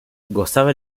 gozaba